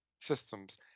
systems